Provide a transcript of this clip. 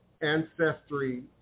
ancestry